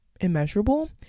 immeasurable